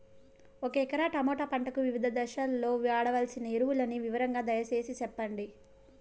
ఒక ఎకరా టమోటా పంటకు వివిధ దశల్లో వాడవలసిన ఎరువులని వివరంగా దయ సేసి చెప్పండి?